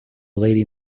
lady